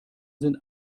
sind